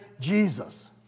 Jesus